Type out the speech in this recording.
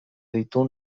ditu